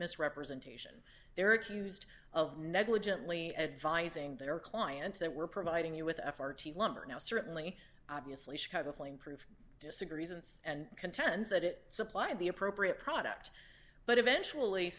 misrepresentation they're accused of negligently advising their clients that we're providing you with f r t lumber now certainly obviously chicago flameproof disagrees and and contends that it supplied the appropriate product but eventually